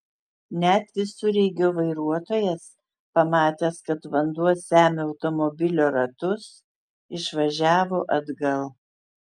net visureigio vairuotojas pamatęs kad vanduo semia automobilio ratus išvažiavo atgal